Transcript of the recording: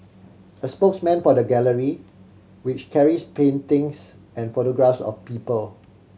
a spokesman for the gallery which carries paintings and photographs of people